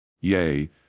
Yea